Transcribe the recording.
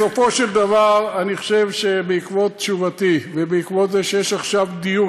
בסופו של דבר אני חושב שבעקבות תשובתי ובעקבות זה שיש עכשיו דיון,